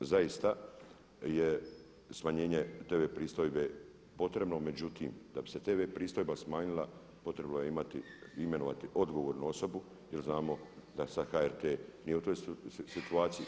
Zaista je smanjenje tv pristojbe potrebno, međutim da bi se tv pristojba smanjila, potrebno je imenovati odgovornu osobu jer znamo da sad HRT ni u toj situaciji.